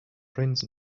prints